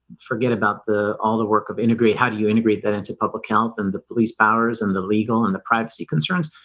forget about the all the work of integrity how do you integrate that into public health and the police powers and the legal and the privacy concerns?